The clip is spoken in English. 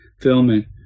filming